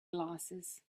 glasses